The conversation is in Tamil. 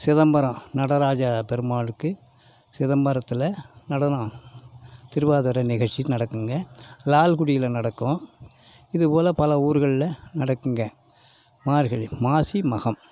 சிதம்பரம் நடராஜா பெருமாளுக்கு சிதம்பரத்தில் நடனம் திருவாதிர நிகழ்ச்சி நடக்குங்க லால்குடியில் நடக்கும் இதுபோல் பல ஊர்களில் நடக்குங்க மார்கழி மாசி மகம்